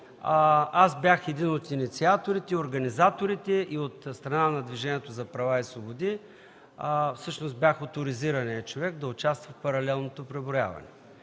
че бях един от инициаторите, организаторите. И от страна на Движението за права и свободи всъщност бях оторизираният човек да участва в паралелното преброяване.